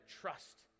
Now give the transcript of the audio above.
trust